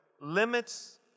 limits